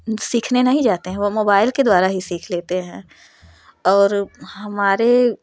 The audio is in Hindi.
सीखने नहीं जाते हैं वो मोबाइल के द्वारा ही सीख लेते हैं और हमारे